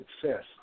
success